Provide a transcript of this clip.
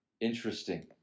interesting